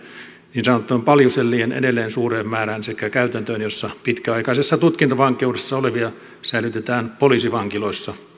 niin sanottujen paljusellien edelleen suureen määrään sekä käytäntöön jossa pitkäaikaisessa tutkintavankeudessa olevia säilytetään poliisivankiloissa